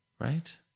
right